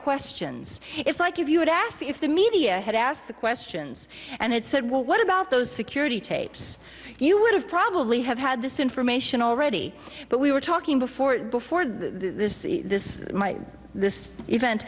questions it's like if you had asked if the media had asked the questions and had said well what about those security tapes you would have probably have had this information already but we were talking before before this this might this event